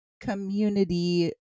community